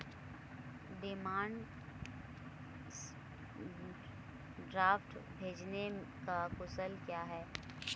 Demand draft भेजने का शुल्क क्या है?